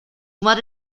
madre